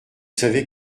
savez